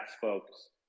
folks